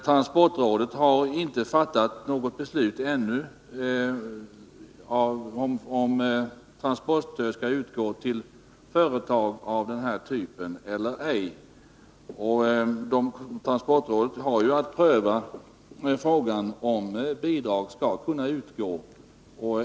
Transportrådet har ännu inte fattat något beslut om huruvida transportstödet skall utgå till den här typen av företag eller ej. Transportrådet har att pröva frågan om bidrag skall kunna utgå.